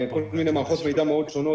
כל מיני מערכות מידע מאוד שונות.